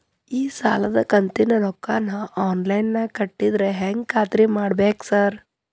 ಈ ಸಾಲದ ಕಂತಿನ ರೊಕ್ಕನಾ ಆನ್ಲೈನ್ ನಾಗ ಕಟ್ಟಿದ್ರ ಹೆಂಗ್ ಖಾತ್ರಿ ಮಾಡ್ಬೇಕ್ರಿ ಸಾರ್?